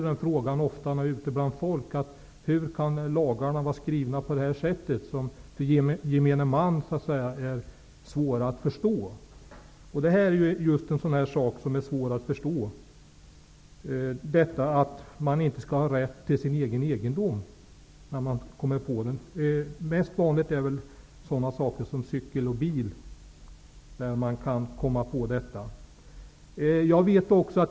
Jag får när jag är ute bland folk frågan varför lagarna är skrivna på ett sätt som är svårt att förstå för gemene man, och det är också svårt att förstå att man inte skall ha rätt till sin egen egendom när man hittar på den. De mest vanliga fallen gäller väl stulna cyklar och bilar.